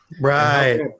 Right